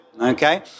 okay